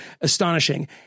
astonishing